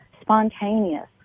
spontaneous